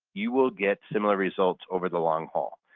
you will get similar results over the long haul.